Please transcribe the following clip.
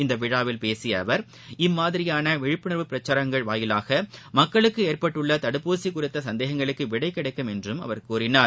இந்தவிழாவில் பேசியஅவர் இம்மாதிரியானவிழிப்புணர்வு பிரச்சாரங்கள் மூலம் மக்களுக்குஏற்பட்டுள்ளதடுப்பூசிகுறித்தசந்தேகங்களுக்குவிடைகிடைக்கும் என்றும் அவர் கூறினார்